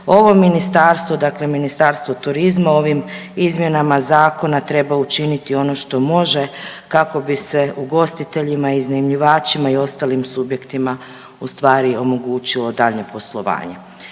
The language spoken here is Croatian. Ovo ministarstvo dakle Ministarstvo turizma ovim izmjenama zakona treba učiniti ono što može kako bi se ugostiteljima, iznajmljivačima i ostalim subjektima ustvari omogućilo dalje poslovanje.